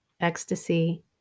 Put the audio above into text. ecstasy